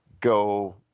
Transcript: go